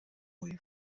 away